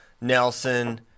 Nelson